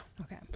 Okay